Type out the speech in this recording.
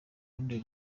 rundi